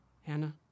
Hannah